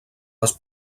les